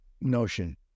notion